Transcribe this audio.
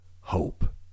hope